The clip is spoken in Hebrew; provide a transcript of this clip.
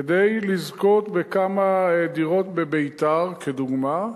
כדי לזכות בכמה דירות בביתר, כדוגמה,